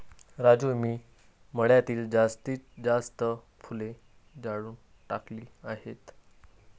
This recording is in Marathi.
राजू मी मळ्यातील जास्तीत जास्त फुले जाळून टाकली आहेत